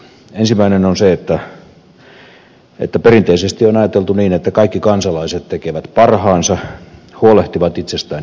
ensimmäinen on se että perinteisesti on ajateltu niin että kaikki kansalaiset tekevät parhaansa huolehtivat itsestään ja perheestään